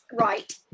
Right